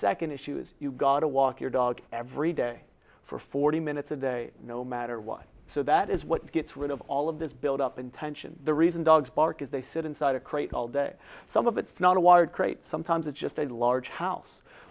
second issue is you gotta walk your dog every day for forty minutes a day no matter what so that is what gets rid of all of this build up in tension the reason dogs bark is they sit inside a crate all day some of it's not a wired crate sometimes it's just a large house